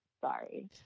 Sorry